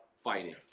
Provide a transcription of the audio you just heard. fighting